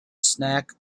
snack